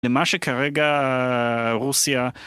למה שכרגע רוסיה